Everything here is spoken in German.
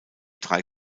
drei